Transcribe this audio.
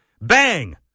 Bang